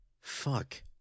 Fuck